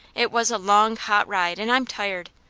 it was a long, hot ride, and i'm tired.